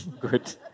Good